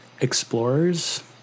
Explorers